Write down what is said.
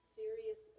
serious